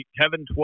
Kevin